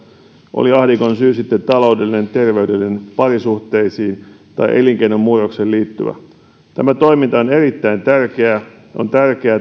oli ahdingon syy sitten taloudellinen terveydellinen tai parisuhteisiin taikka elinkeinon murrokseen liittyvä on erittäin tärkeää on tärkeää että on